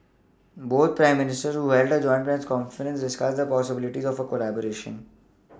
both prime Ministers who held a joint press conference discussed the possibilities of a collaboration